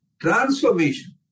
transformation